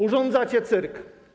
Urządzacie cyrk.